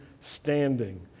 standing